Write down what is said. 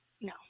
No